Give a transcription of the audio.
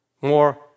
more